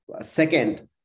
Second